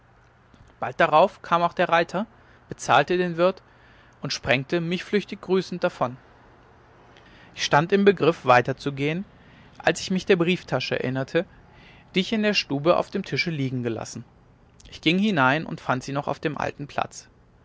bald darauf kam auch der reiter bezahlte den wirt und sprengte mich flüchtig grüßend davon ich stand im begriff weiterzugehen als ich mich der brieftasche erinnerte die ich in der stube auf dem tische liegenlassen ich ging hinein und fand sie noch auf dem alten platz